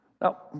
Now